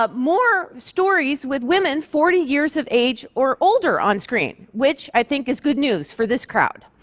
ah more stories with women forty years of age or older on-screen, which i think is good news for this crowd.